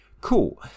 cool